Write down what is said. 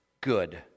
good